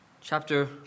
chapter